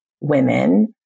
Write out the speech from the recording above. women